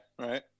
right